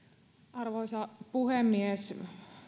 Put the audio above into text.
arvoisa puhemies